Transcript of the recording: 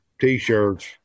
t-shirts